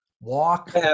walk